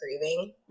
grieving